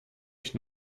ich